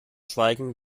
schweigen